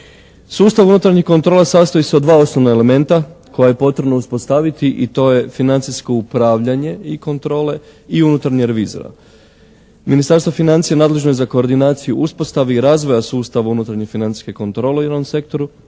Sustav unutarnjih kontrola sastoji se od dva osnovna elementa koje je potrebno uspostaviti i to je financijsko upravljanje i kontrole i unutarnjih revizora. Ministarstvo financija nadlženo je za koordinaciju uspostave i razvoja sustava unutarnje financijske kontrole u jednom sektoru